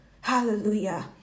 Hallelujah